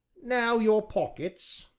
now your pockets,